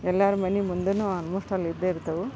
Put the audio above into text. ಎಲ್ಲರು ಮನೆ ಮುಂದೆಯೂ ಆಲ್ಮೋಸ್ಟ್ ಆಲ್ ಇದ್ದೇ ಇರ್ತವೆ